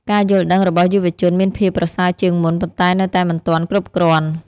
ការយល់ដឹងរបស់យុវជនមានភាពប្រសើរជាងមុន ប៉ុន្តែនៅតែមិនទាន់គ្រប់គ្រាន់។